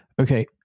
Okay